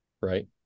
right